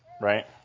Right